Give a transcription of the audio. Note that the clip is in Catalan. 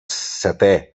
setè